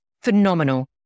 phenomenal